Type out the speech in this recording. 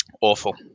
Awful